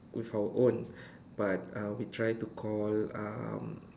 with our own but uh we try to call um